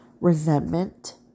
resentment